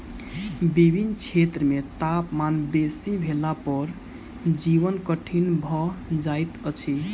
विभिन्न क्षेत्र मे तापमान बेसी भेला पर जीवन कठिन भ जाइत अछि